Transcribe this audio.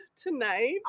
tonight